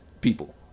people